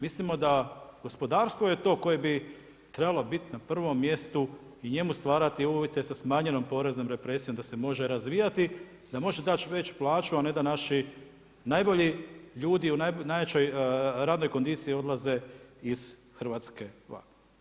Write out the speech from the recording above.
Mislimo da gospodarstvo je to koje bi trebalo biti na prvom mjestu i njemu stvarati uvjete sa smanjenom poreznom represijom da se može razvijati, da možeš dati veću plaću, a ne da naši najbolji u najjačoj radnoj kondiciji odlaze iz Hrvatske van.